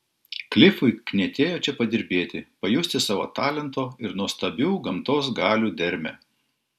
klifui knietėjo čia padirbėti pajusti savo talento ir nuostabių gamtos galių dermę